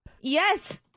Yes